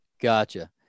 Gotcha